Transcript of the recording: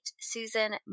Susan